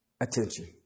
attention